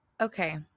Okay